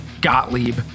Gottlieb